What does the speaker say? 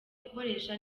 gukoresha